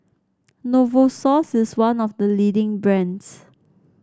Novosource is one of the leading brands